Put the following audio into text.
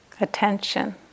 Attention